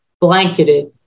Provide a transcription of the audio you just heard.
blanketed